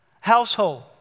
household